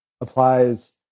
applies